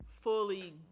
fully